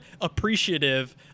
appreciative